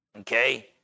Okay